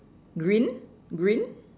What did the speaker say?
green green